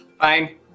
Fine